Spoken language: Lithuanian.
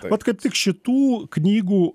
vat kaip tik šitų knygų